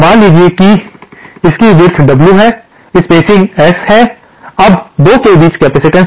मान लीजिए कि इसकी विड्थ W है स्पेसिंग S है अब 2 के बीच कैपेसिटेंस होगा